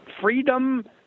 Freedom –